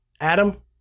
Adam